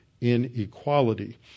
inequality